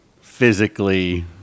physically